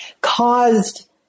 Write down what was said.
caused